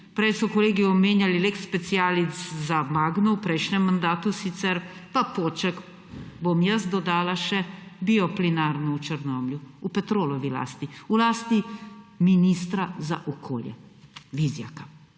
prej so kolegi omenjali lex specialis za Magno, v prejšnjem mandatu sicer, pa Poček. Bom jaz dodala še bioplinarno v Črnomlju v Petrolovi lasti, v lasti ministra za okolje, Vizjaka